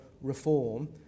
reform